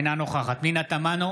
אינה נוכחת פנינה תמנו,